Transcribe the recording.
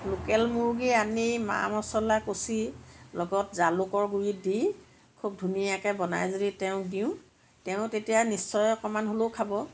local মুৰ্গী আনি মা মচলা কচি লগত জালুকৰ গুৰি দি খুব ধুনীয়াকে বনাই যদি তেওঁক দিওঁ তেওঁ তেতিয়া নিশ্চয় অকণমান হ'লেও খাব